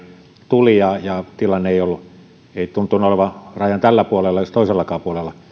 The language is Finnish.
tuli ja ja tilanne ei tuntunut olevan rajan tällä puolella jos toisellakaan puolella